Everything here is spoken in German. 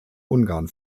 ungarn